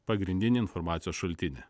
pagrindinį informacijos šaltinį